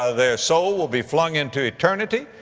ah their soul will be flung into eternity,